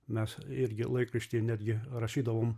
mes irgi laikraštį netgi rašydavom